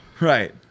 Right